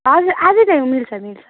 हजुर आज ल्याउन मिल्छ मिल्छ